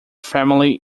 family